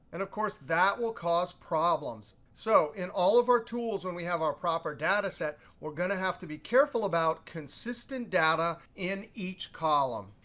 and of course, that will cause problems. so in all of our tools, when we have our proper data set, we're going to have to be careful about consistent data in each column.